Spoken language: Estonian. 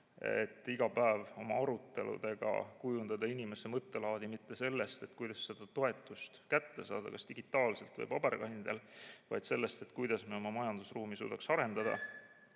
et iga päev oma aruteludega kujundada inimese mõttelaadi mitte selles suunas, kuidas seda toetust kätte saada, kas digitaalselt või paberkandjal, vaid selles suunas, kuidas me oma majandusruumi suudaks arendada,